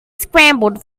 scrambled